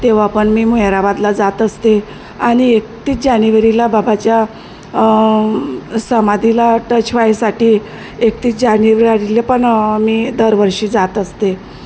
तेव्हा पण मी मेहराबादला जात असते आणि एकतीस जानेवारीला बाबाच्या समाधीला टच व्हायसाठी एकतीस जानेवारीला पण मी दरवर्षी जात असते